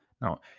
Now